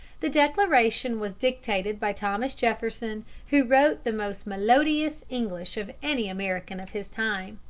the declaration was dictated by thomas jefferson, who wrote the most melodious english of any american of his time.